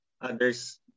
others